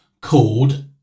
called